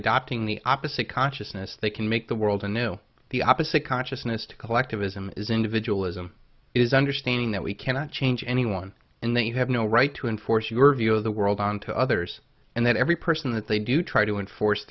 adopting the opposite consciousness they can make the world anew the opposite consciousness to collectivism is individual ism is understanding that we cannot change anyone and that you have no right to enforce your view of the world onto others and that every person that they do try to enforce